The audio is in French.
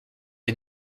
les